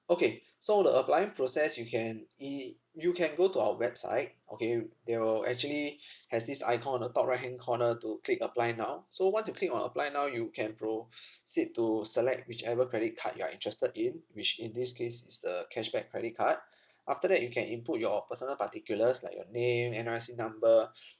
okay so the applying process you can i~ i~ you can go to our website okay they will actually has this icon on the top right hand corner to click apply now so once you click on apply now you can proceed to select whichever credit card you are interested in which in this case is the cashback credit card after that you can input your personal particulars like your name N_R_I_C number